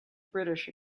british